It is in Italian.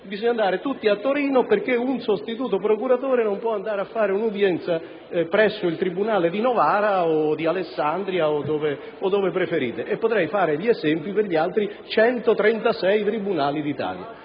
bisogna andare tutti a Torino perché un sostituto procuratore non può andare a tenere un'udienza presso il tribunale di Novara o di Alessandria o di dove preferite. Potrei portare esempi di altri 136 tribunali d'Italia.